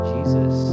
Jesus